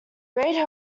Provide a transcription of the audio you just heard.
reid